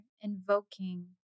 invoking